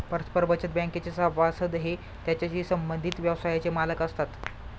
परस्पर बचत बँकेचे सभासद हे त्याच्याशी संबंधित व्यवसायाचे मालक असतात